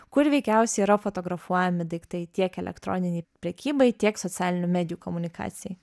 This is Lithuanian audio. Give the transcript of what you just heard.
kur veikiausiai yra fotografuojami daiktai tiek elektroninei prekybai tiek socialinių medijų komunikacijai